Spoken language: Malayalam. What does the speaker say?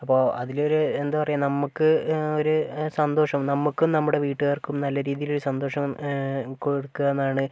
അപ്പൊൾ അതിലൊര് എന്താ പറയുക നമുക്ക് ആ ഒര് സന്തോഷം നമുക്കും നമ്മുടെ വീട്ടുകാർക്കും നല്ലരീതിയിലൊരു സന്തോഷം കൊടുക്കാന്നാണ്